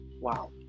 wow